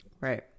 right